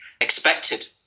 expected